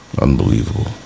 unbelievable